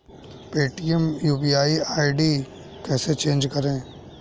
Paytm UPI ID कैसे change करें?